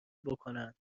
بکنند